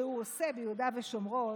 שהוא עושה ביהודה ושומרון,